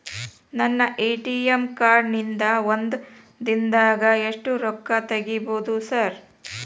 ನನ್ನ ATM card ನಿಂದಾ ಒಂದ್ ದಿಂದಾಗ ಎಷ್ಟ ರೊಕ್ಕಾ ತೆಗಿಬೋದು ಸಾರ್?